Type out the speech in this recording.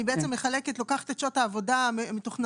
אני בעצם מחלקת, לוקחת את שעות העבודה המתוכננות.